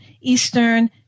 Eastern